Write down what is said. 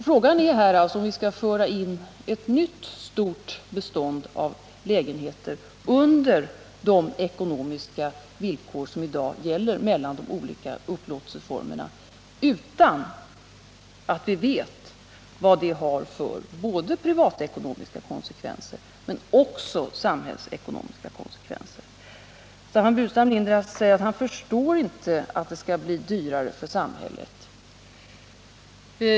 Frågan är alltså här om vi skall föra in ett nytt stort bestånd av lägenheter under de ekonomiska villkor som i dag gäller för de olika upplåtelseformerna, utan att vi vet vad det har för privatekonomiska konsekvenser i första hand, men också vad det har för samhällsekonomiska konsekvenser. Staffan Burenstam Linder säger att han inte förstår att det skall bli dyrare för samhället.